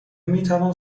میتوان